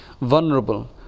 Vulnerable